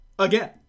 Again